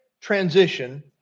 transition